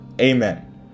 Amen